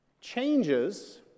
changes